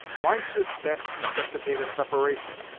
why should that necessitate a separation?